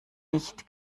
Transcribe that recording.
nicht